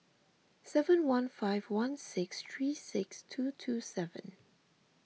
seven one five one six three six two two seven